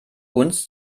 uns